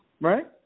Right